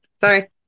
Sorry